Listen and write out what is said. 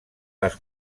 las